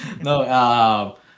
No